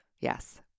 Yes